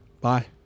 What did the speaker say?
bye